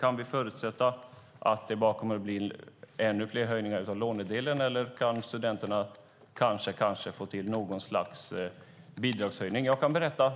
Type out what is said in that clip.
Kan vi förutsätta att det kommer att bli ännu fler höjningar av bara lånedelen, eller kan studenterna kanske få något slags bidragshöjning? Jag kan berätta